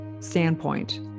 standpoint